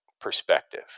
perspective